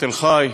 תל-חי,